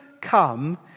come